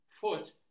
foot